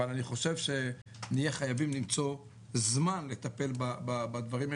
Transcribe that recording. אבל אני חושב שנהיה חייבים למצוא זמן לטפל בדברים האלה,